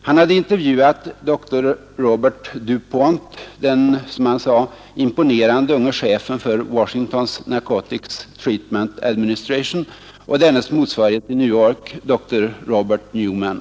Han hade intervjuat dr Robert DuPont, ”den imponerande unge chefen för Washington”s Narcoties Treatment Administration”, och dennes motsvarighet i New York, dr Robert Newman.